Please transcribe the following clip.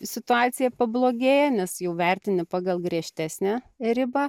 situacija pablogėja nes jau vertini pagal griežtesnę ribą